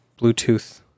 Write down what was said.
Bluetooth